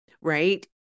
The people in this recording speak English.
Right